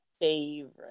favorite